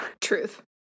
Truth